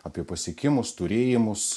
apie pasiekimus turėjimus